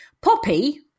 Poppy